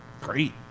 great